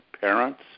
parents